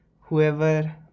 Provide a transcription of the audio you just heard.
whoever